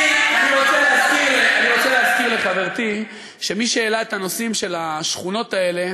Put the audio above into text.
אני רוצה להזכיר לחברתי שמי שהעלה את הנושאים של השכונות האלה